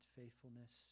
faithfulness